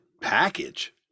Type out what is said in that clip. package